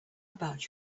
about